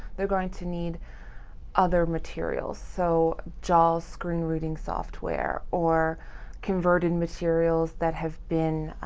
they're going to need other materials. so, jaws screen reading software or converted materials that have been,